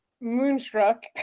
Moonstruck